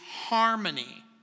harmony